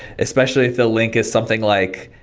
especially if the link is something like,